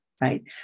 Right